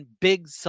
big